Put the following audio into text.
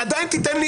שעוסקת בחילוט.